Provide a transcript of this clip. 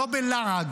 לא בלעג.